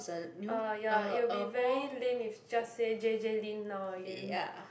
uh ya it will be very lame if just say J_J-Lin now again